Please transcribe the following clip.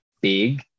big